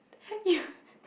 you